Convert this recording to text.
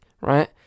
right